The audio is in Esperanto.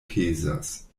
pezas